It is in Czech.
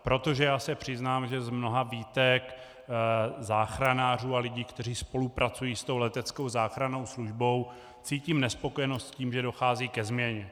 Protože, přiznám se, že z mnoha výtek záchranářů a lidí, kteří spolupracují s tou leteckou záchrannou službou, cítím nespokojenost s tím, že dochází ke změně.